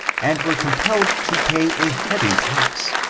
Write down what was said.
and were compelled to pay a heavy tax,